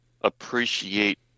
appreciate